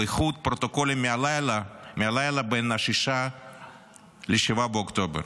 בייחוד פרוטוקולים מהלילה שבין 6 ל-7 באוקטובר.